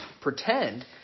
pretend